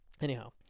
Anyhow